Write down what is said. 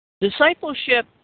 Discipleship